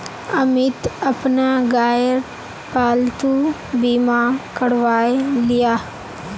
अमित अपना गायेर पालतू बीमा करवाएं लियाः